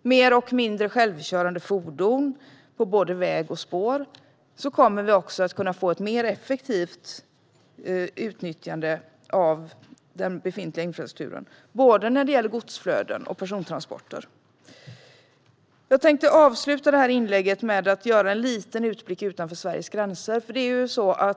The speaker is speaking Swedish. och mer eller mindre självkörande fordon på både väg och spår kommer vi att få ett mer effektivt utnyttjande av den befintliga infrastrukturen, både när det gäller godsflöden och i fråga om persontransporter. Jag vill avsluta mitt anförande med att göra en liten utblick utanför Sveriges gränser.